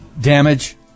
damage